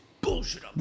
bullshit